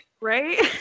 Right